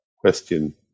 question